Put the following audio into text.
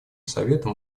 совета